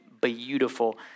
beautiful